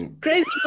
crazy